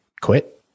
quit